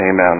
Amen